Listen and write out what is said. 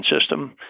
system